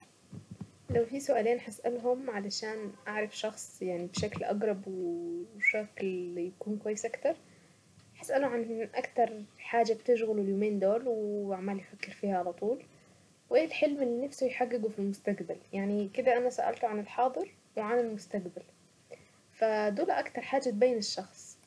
لو في سؤالين هسألهم علشان اعرف شخص يعني بشكل اقرب يكون كويس اكتر هسألوا عن اكتر حاجة بتشغله اليومين دول وعمال يفكر فيها على طول وايه الحلم اللي نفسه يحققه في المستقبل يعني كده انا سألته عن الحاضر وعن المستقبل اكتر حاجة تبين الشخص.